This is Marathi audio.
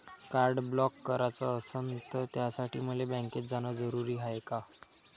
कार्ड ब्लॉक कराच असनं त त्यासाठी मले बँकेत जानं जरुरी हाय का?